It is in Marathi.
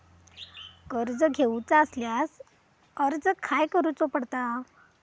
कर्ज घेऊचा असल्यास अर्ज खाय करूचो पडता?